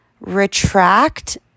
retract